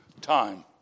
time